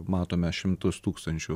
matome šimtus tūkstančių